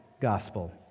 gospel